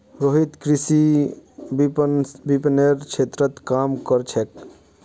रोहित कृषि विपणनेर क्षेत्रत काम कर छेक